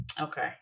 Okay